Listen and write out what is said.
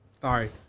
Sorry